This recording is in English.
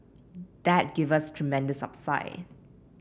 that give us tremendous upside